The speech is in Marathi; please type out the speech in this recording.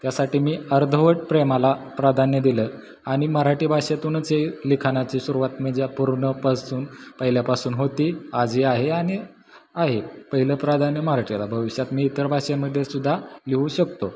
त्यासाठी मी अर्धवट प्रेमाला प्राधान्य दिलं आणि मराठी भाषेतूनच ही लिखाणाची सुरूवात म्हणजे पूर्णपासून पहिल्यापासून होती आजही आहे आणि आहे पहिलं प्राधान्य मराठीला भविष्यात मी इतर भाषेमध्ये सुद्धा लिहू शकतो